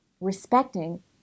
respecting